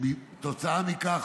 כתוצאה מכך,